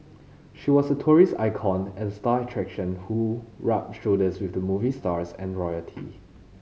she was a tourism icon and star attraction who rubbed shoulders with movie stars and royalty